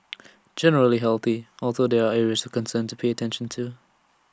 generally healthy although there are areas concern to pay attention to